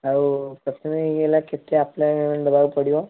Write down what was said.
ଆଉ ପ୍ରଥମେ କେତେ ଆପ୍ଲାଏ ଦେବାକୁ ପଡ଼ିବ